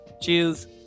Cheers